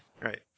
Right